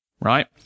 right